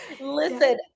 Listen